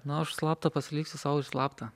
na aš slaptą pasiliksiu sau ir slaptą